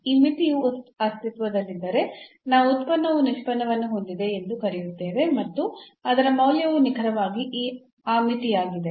ಈ ಮಿತಿಯು ಅಸ್ತಿತ್ವದಲ್ಲಿದ್ದರೆ ನಾವು ಉತ್ಪನ್ನವು ನಿಷ್ಪನ್ನವನ್ನು ಹೊಂದಿದೆ ಎಂದು ಕರೆಯುತ್ತೇವೆ ಮತ್ತು ಅದರ ಮೌಲ್ಯವು ನಿಖರವಾಗಿ ಆ ಮಿತಿಯಾಗಿದೆ